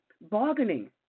Bargaining